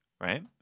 right